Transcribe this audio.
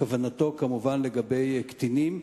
כוונתו כמובן לגבי קטינים,